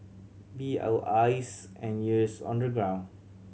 be our eyes and ears on the ground